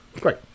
Great